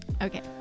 okay